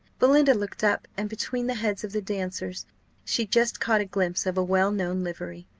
belinda looked up, and between the heads of the dancers she just caught a glimpse of a well-known livery.